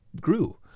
grew